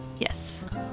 Yes